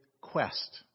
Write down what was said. quest